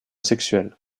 sexuel